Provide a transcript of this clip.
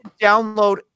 download